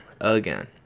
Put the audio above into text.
Again